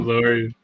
Lord